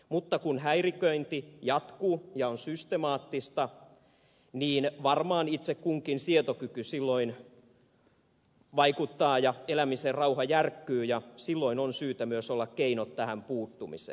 mutta kun häiriköinti jatkuu ja on systemaattista niin varmaan itse kunkin sietokykyyn se silloin vaikuttaa ja elämisen rauha järkkyy ja silloin on syytä myös olla keinot tähän puuttumiseen